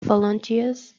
volunteers